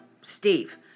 Steve